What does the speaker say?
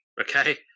Okay